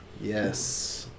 Yes